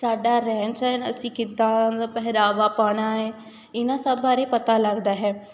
ਸਾਡਾ ਰਹਿਣ ਸਹਿਣ ਅਸੀਂ ਕਿੱਦਾਂ ਪਹਿਰਾਵਾ ਪਾਉਣਾ ਹੈ ਇਹਨਾਂ ਸਭ ਬਾਰੇ ਪਤਾ ਲੱਗਦਾ ਹੈ